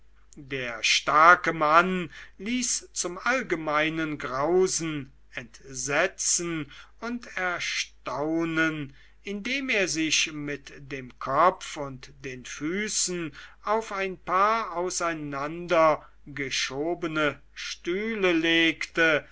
der starke mann ließ zum allgemeinen grausen entsetzen und erstaunen indem er sich mit dem kopf und den füßen auf ein paar auseinander geschobene stühle legte